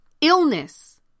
illness